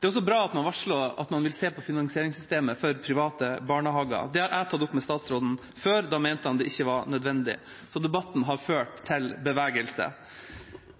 det er bra. Det er også bra at man varsler at man vil se på finansieringssystemet for private barnehager. Det har jeg tatt opp med statsråden før. Da mente han det ikke var nødvendig. Så debatten har ført til bevegelse.